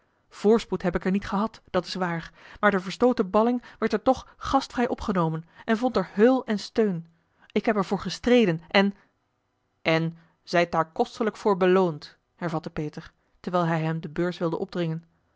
voorspoed heb ik er niet a l g bosboom-toussaint de delftsche wonderdokter eel dat is waar maar de verstooten balling werd er toch gastvrij opgenomen en vond er heul en steun ik heb er voor gestreden en en zijt daar kostelijk voor beloond hervatte peter terwijl hij hem de beurs wilde opdringen